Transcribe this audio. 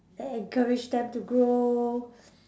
and encourage them to grow